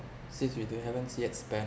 since we don't haven't yet spend